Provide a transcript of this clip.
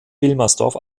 wilmersdorf